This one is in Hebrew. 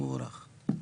מבורך.